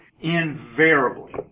invariably